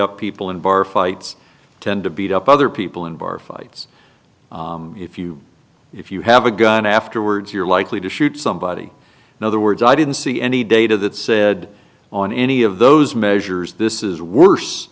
up people in bar fights tend to beat up other people in bar fights if you if you have a gun afterwards you're likely to shoot somebody in other words i didn't see any data that said on any of those measures this is worse